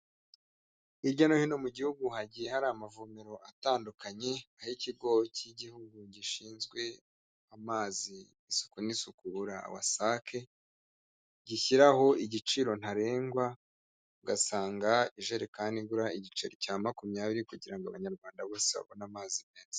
Hirya no hino mu gihugu hagiye hari amavomero atandukanye, aho ikigo cy'igihugu gishinzwe amazi isuku n'isukura WASAC, gishyiraho igiciro ntarengwa ugasanga ijerekani igura igiceri cya makumyabiri kugira ngo Abanyarwanda bose babone amazi meza.